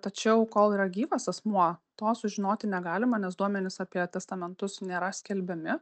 tačiau kol yra gyvas asmuo to sužinoti negalima nes duomenys apie testamentus nėra skelbiami